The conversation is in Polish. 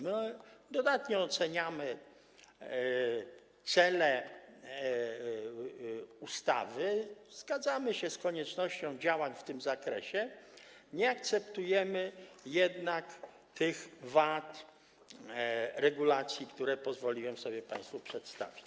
My dodatnio oceniamy cele ustawy, zgadzamy się koniecznością działań w tym zakresie, nie akceptujemy jednak tych wad regulacji, które pozwoliłem sobie państwu przedstawić.